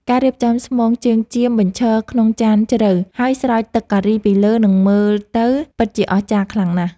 ការរៀបចំស្មងជើងចៀមបញ្ឈរក្នុងចានជ្រៅហើយស្រោចទឹកការីពីលើនឹងមើលទៅពិតជាអស្ចារ្យខ្លាំងណាស់។